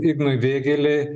ignui vėgėlei